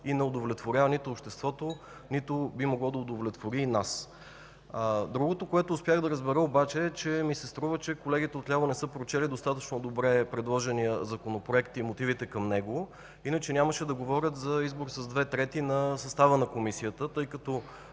и не удовлетворява нито обществото, нито би могло да удовлетвори нас. Другото, което успях да разбера обаче, струва ми се, че колегите отляво не са прочели достатъчно добре предложения законопроект и мотивите към него, иначе нямаше да говорят за избор с две трети на състава на Комисията, тъй като